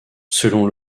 selon